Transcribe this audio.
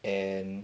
and